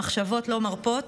המחשבות לא מרפות.